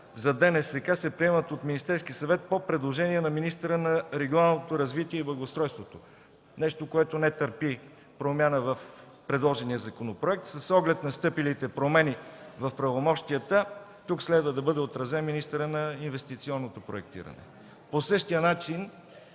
за ДНСК се приемат от Министерския съвет по предложение на министъра на регионалното развитие и благоустройството – нещо, което не търпи промяна в предложения законопроект. С оглед настъпилите промени в правомощията, тук следва да бъде отразен министърът на инвестиционното проектиране. По същия начин